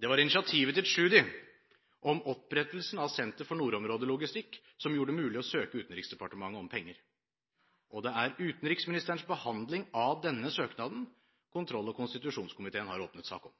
Det var initiativet til Tschudi om opprettelsen av Senter for nordområdelogistikk som gjorde det mulig å søke Utenriksdepartementet om penger. Og det er utenriksministerens behandling av denne søknaden kontroll- og konstitusjonskomiteen har åpnet sak om.